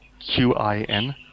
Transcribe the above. q-i-n